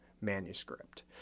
manuscript